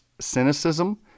cynicism